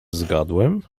zgadłem